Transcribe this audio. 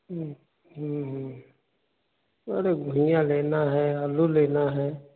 अरे धनिया लेना है आलू लेना है